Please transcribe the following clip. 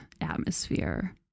atmosphere